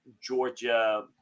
Georgia